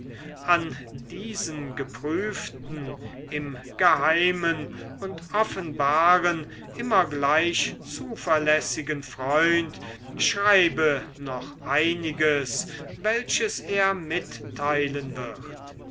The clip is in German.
an diesen geprüften im geheimen und offenbaren immer gleich zuverlässigen freund schreibe noch einiges welches er mitteilen wird